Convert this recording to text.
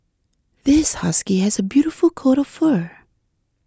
this husky has a beautiful coat of fur